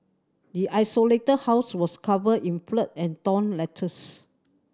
the isolated house was covered in filth and torn letters